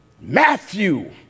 Matthew